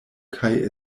kaj